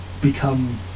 become